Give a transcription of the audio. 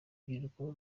rubyiruko